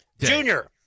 Junior